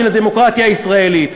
של הדמוקרטיה הישראלית,